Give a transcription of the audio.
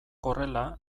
horrela